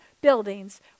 buildings